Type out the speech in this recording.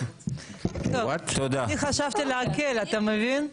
אני חשבתי להקל, אתה מבין?